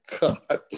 God